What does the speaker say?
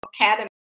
Academy